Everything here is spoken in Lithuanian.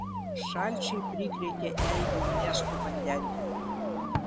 šalčiai prikrėtė eibių miesto vandentiekiui